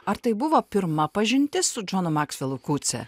ar tai buvo pirma pažintis su džonu maksvelu kucia